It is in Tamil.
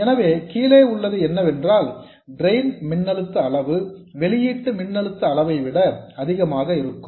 எனவே கீழே உள்ளது என்னவென்றால் டிரெயின் மின்னழுத்த அளவு வெளியீட்டு மின்னழுத்த அளவை விட அதிகமாக இருக்கும்